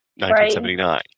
1979